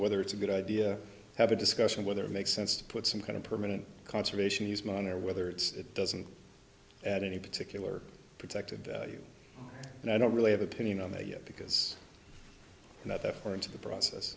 whether it's a good idea have a discussion whether it makes sense to put some kind of permanent conservation easement or whether it's it doesn't add any particular protected and i don't really have opinion on that yet because that that or into the process